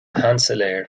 sheansailéir